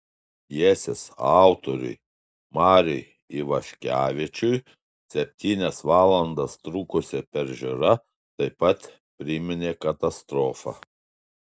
pjesės autoriui mariui ivaškevičiui septynias valandas trukusi peržiūra taip pat priminė katastrofą